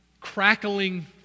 crackling